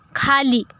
खाली